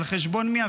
על חשבון מי?